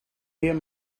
meer